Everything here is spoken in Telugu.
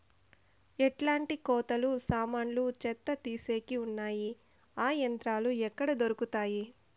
ఎట్లాంటి కోతలు సామాన్లు చెత్త తీసేకి వున్నాయి? ఆ యంత్రాలు ఎక్కడ దొరుకుతాయి?